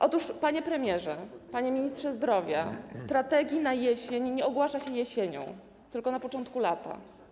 Otóż, panie premierze, panie ministrze zdrowia, strategii na jesień nie ogłasza się jesienią, tylko na początku lata.